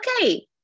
okay